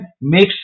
makes